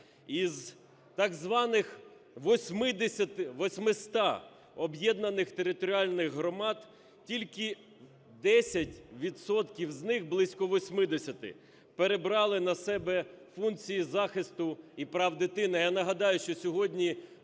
Із так званих 800 об'єднаних територіальних громад тільки 10 відсотків з них (близько 80) перебрали на себе функції захисту і прав дитини.